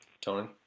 Tony